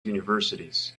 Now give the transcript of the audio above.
universities